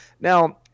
Now